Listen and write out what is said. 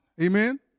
Amen